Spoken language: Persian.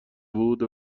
بود